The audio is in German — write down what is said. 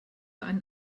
einen